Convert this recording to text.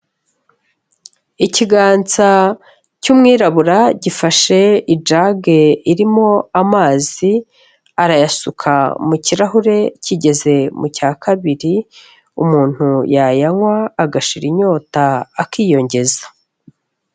Ikiganza cy'umwirabura gifashe ijage irimo amazi, arayasuka mu kirahure kigeze mu cya kabiri, umuntu yayanywa agashira inyota akiyongeza.